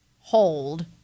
hold